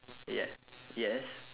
yeah yes